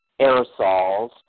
aerosols